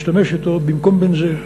משתמש בגז במקום בבנזין.